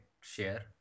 share